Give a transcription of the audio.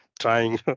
Trying